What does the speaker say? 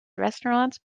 restaurants